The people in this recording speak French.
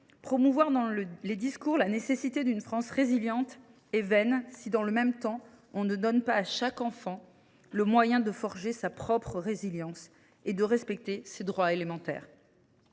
promouvoir dans les discours la nécessité d’une France résiliente est vaine si, dans le même temps, on ne donne pas à chaque enfant le moyen de forger sa propre résilience et de faire respecter ses droits élémentaires.